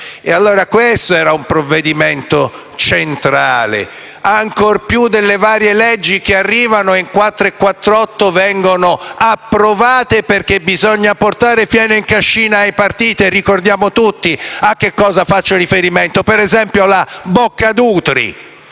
E allora questo era un provvedimento centrale, ancor più delle varie leggi che arrivano e in quattro e quattr'otto vengono approvate perché bisogna portare fieno in cascina ai partiti e ricordiamo tutti a cosa faccio riferimento: ad esempio, alla cosiddetta